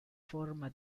forma